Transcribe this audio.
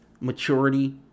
maturity